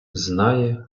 знає